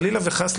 חלילה וחס,